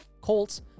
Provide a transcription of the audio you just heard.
Colts